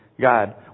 God